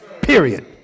Period